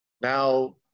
now